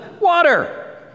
water